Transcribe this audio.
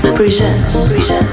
presents